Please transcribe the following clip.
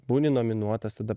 būni nominuotas tada